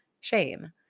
shame